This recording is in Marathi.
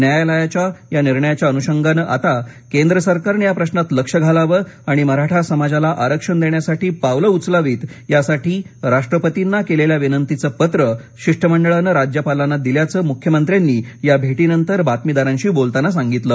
न्यायालयाच्या या निर्णयाच्या अनुषगानं आता केंद्र सरकारनं या प्रश्नात लक्ष घालावं आणि मराठा समाजाला आरक्षण देण्यासाठी पावलं उचलावित यासाठी राष्ट्रपतींना केलेल्या विनंतीचं पत्र शिष्टमंडळानं राज्यपालाना दिल्याचं मुख्यमंत्र्यांनी या भेटीनंतर बातमीदारांशी बोलताना सांगितलं